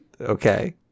okay